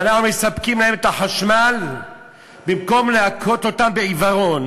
ואנחנו מספקים להם את החשמל במקום להכות אותם בעיוורון.